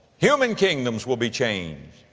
human kingdoms will be changed.